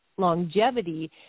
longevity